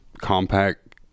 compact